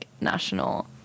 national